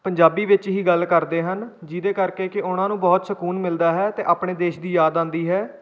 ਪੰਜਾਬੀ ਵਿੱਚ ਹੀ ਗੱਲ ਕਰਦੇ ਹਨ ਜਿਹਦੇ ਕਰਕੇ ਕਿ ਉਹਨਾਂ ਨੂੰ ਬਹੁਤ ਸਕੂਨ ਮਿਲਦਾ ਹੈ ਅਤੇ ਆਪਣੇ ਦੇਸ਼ ਦੀ ਯਾਦ ਆਉਂਦੀ ਹੈ